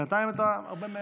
בינתיים אתה הרבה מעבר.